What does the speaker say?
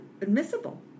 admissible